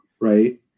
right